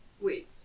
Wait